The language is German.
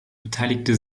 beteiligte